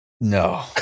No